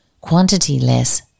quantity-less